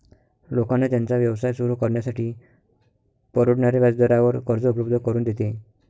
लोकांना त्यांचा व्यवसाय सुरू करण्यासाठी परवडणाऱ्या व्याजदरावर कर्ज उपलब्ध करून देते